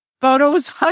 photos